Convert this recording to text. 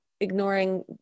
ignoring